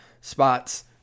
spots